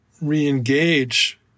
re-engage